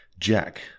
Jack